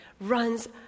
runs